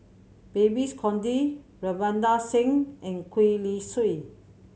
Babes Conde Ravinder Singh and Gwee Li Sui